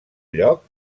lloc